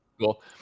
Cool